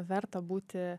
verta būti